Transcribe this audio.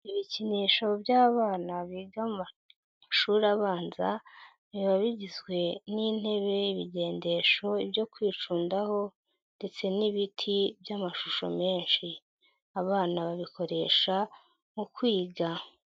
Ibikinisho by'abana biga amashuri abanza biba bigizwe n'intebe, ibigendesho, ibyo kwicundaho ndetse n'ibiti by'amashusho menshi, abana babikoresha mu kwiga.